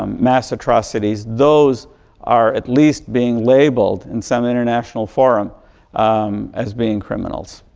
um mass atrocities, those are at least being labelled in some international forum as being criminals.